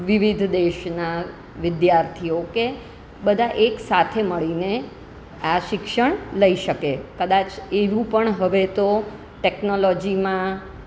વિવિધ દેશના વિદ્યાર્થીઓ કે બધા એકસાથે મળીને આ શિક્ષણ લઈ શકે કદાચ એવું પણ હવે તો ટેક્નોલોજીમાં